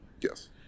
Yes